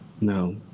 No